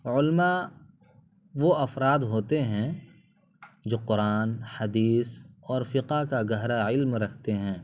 علماء وہ افراد ہوتے ہیں جو قرآن حدیث اور فقہ کا گہرا علم رکھتے ہیں